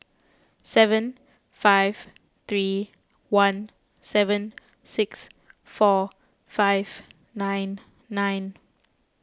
seven five three one seven six four five nine nine